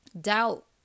Doubt